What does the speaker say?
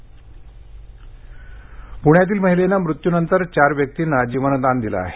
अवयव दान पूण्यातील महिलेनं मृत्यूनंतर चार व्यक्तींना जीवनदान दिलं आहे